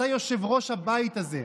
אתה יושב-ראש הבית הזה.